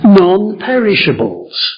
non-perishables